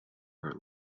are